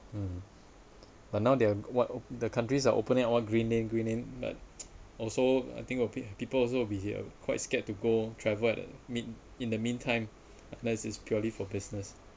mm but now there are what the countries are opening what green lane green lane but also I think of it people also be here quite scared to go travel at the mean in the meantime unless it's purely for business